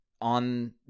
on